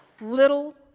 little